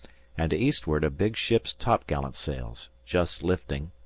and to eastward a big ship's top-gallant sails, just lifting,